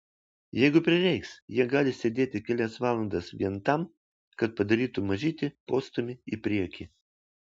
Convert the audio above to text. jeigu prireiks jie gali sėdėti kelias valandas vien tam kad padarytų mažytį postūmį į priekį